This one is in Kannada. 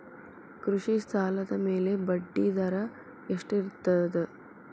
ಕೃಷಿ ಸಾಲದ ಮ್ಯಾಲೆ ಬಡ್ಡಿದರಾ ಎಷ್ಟ ಇರ್ತದ?